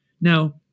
Now